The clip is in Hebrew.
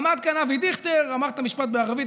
עמוד כאן אבי דיכטר ואמר את המשפט בערבית,